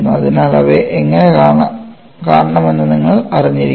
അതിനാൽ അവയെ എങ്ങനെ കാണണമെന്ന് നിങ്ങൾ അറിഞ്ഞിരിക്കണം